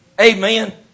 Amen